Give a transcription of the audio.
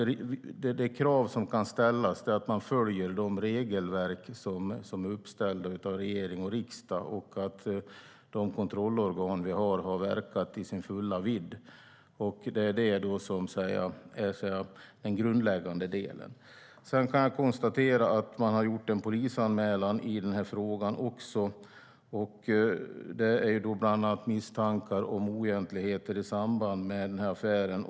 Det krav som kan ställas är att man följer de regelverk som är fastställda av regering och riksdag samt att de kontrollorgan som vi har agerar i sin fulla vidd. Det är den grundläggande delen. Sedan kan jag konstatera att det har gjorts en polisanmälan som gäller bland annat misstankar om oegentligheter i samband med affären.